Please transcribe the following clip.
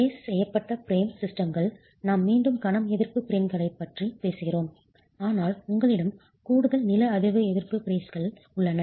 brace செய்யப்பட்ட frame சிஸ்டம்கள் நாம் மீண்டும் கணம் எதிர்ப்பு பிரேம்களைப் பற்றி பேசுகிறோம் ஆனால் உங்களிடம் கூடுதல் நில அதிர்வு எதிர்ப்பு பிரேஸ்கள் உள்ளன